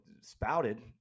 spouted